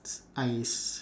s~ I s~